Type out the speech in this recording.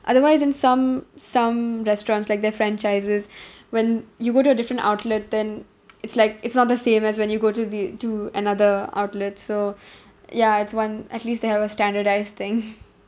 otherwise in some some restaurants like their franchises when you go to a different outlet then it's like it's not the same as when you go to the to another outlet so ya it's one at least they have a standardised thing